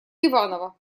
иваново